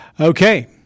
Okay